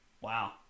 wow